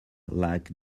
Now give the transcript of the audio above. like